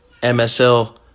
MSL